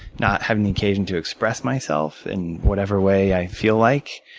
not having the occasion to express myself in whatever way i feel like,